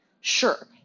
Sure